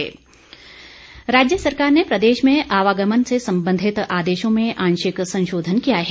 संशोधन राज्य सरकार ने प्रदेश में आवागमन से संबंधित आदेशों में आंशिक संशोधन किया है